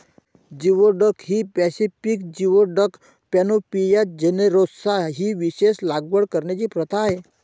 geoduck ही Pacific geoduck, Panopea generosa ही विशेषत लागवड करण्याची प्रथा आहे